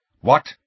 What